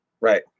Right